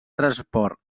transport